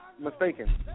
mistaken